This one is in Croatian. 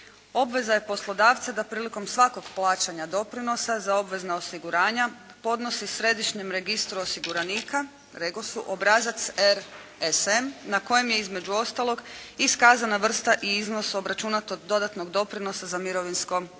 obveza je poslodavca da prilikom svakog plaćanja doprinosa za obvezna osiguranja podnosi Središnjem registru osiguranika Regosu obrazac RSM na kojem je između ostalog iskazana vrsta i iznos obračunatog dodatnog doprinosa za mirovinsko osiguranje